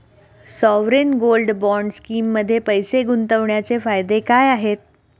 Sovereign gold bond स्कीममध्ये पैसे गुंतवण्याचे फायदे काय आहेत?